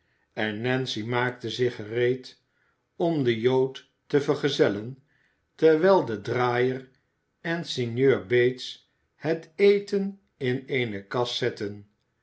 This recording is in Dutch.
en nancy maakte zich gereed om den jood te vergezellen terwijl de draaier en sinjeur bates het eten in eene kast zetten